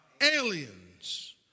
Aliens